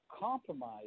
compromise